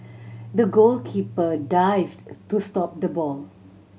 the goalkeeper dived to stop the ball